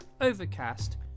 Overcast